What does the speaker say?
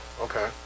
okay